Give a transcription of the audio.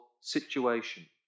situation